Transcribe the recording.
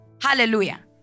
Hallelujah